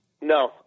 no